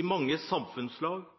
I mange samfunnslag